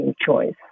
choice